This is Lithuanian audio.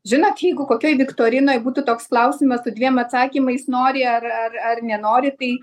žinot jeigu kokioj viktorinoj būtų toks klausimas su dviem atsakymais nori ar ar ar nenori tai